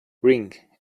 ring